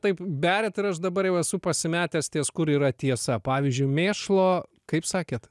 taip beriat ir aš dabar jau esu pasimetęs ties kur yra tiesa pavyzdžiui mėšlo kaip sakėt